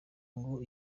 ngo